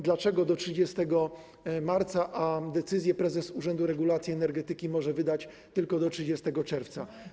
Dlaczego do 30 marca, a decyzję prezes Urzędu Regulacji Energetyki może wydać tylko do 30 czerwca?